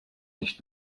nicht